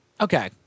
Okay